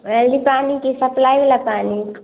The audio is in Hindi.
वेल के पानी की सप्लाइ वाला पानी